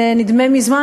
זה נדמה מזמן,